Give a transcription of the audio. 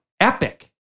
epic